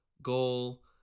Goal